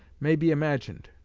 may be imagined.